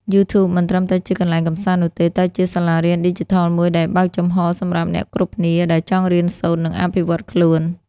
YouTube មិនត្រឹមតែជាកន្លែងកម្សាន្តនោះទេ តែជាសាលារៀនឌីជីថលមួយដែលបើកចំហរសម្រាប់អ្នកគ្រប់គ្នាដែលចង់រៀនសូត្រ និងអភិវឌ្ឍខ្លួន។